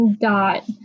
dot